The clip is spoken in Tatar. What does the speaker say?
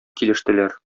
килештеләр